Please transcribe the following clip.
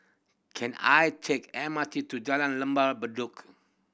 can I take M R T to Jalan Lembah Bedok